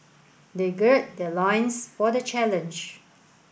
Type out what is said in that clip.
they gird their loins for the challenge